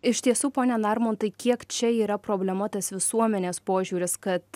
iš tiesų pone narmontai kiek čia yra problema tas visuomenės požiūris kad